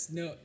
no